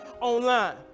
online